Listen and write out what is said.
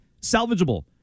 salvageable